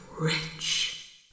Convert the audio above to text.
rich